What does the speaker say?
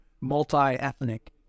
multi-ethnic